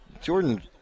Jordan